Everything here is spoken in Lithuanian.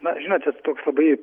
na žinote toks labai